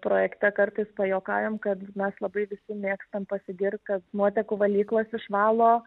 projekte kartais pajuokaujam kad mes labai visi mėgstam pasigirt kad nuotekų valyklos išvalo